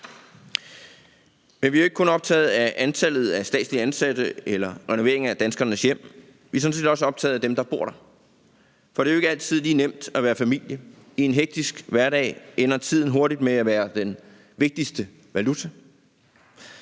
Men vi er jo ikke kun optaget af antallet af statslige ansatte eller renoveringen af danskernes hjem. Vi er sådan set også optaget af dem, der bor der. For det er jo ikke altid lige nemt at være familie. I en hektisk hverdag ender tiden hurtigt med at være den vigtigste valuta.